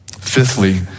Fifthly